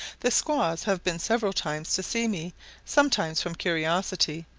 the squaws have been several times to see me sometimes from curiosity,